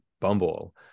Bumble